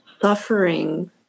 suffering